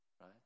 Right